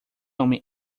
homem